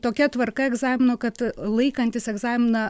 tokia tvarka egzamino kad laikantys egzaminą